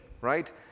right